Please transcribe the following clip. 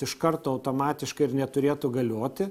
iš karto automatiškai ir neturėtų galioti